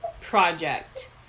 Project